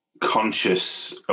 conscious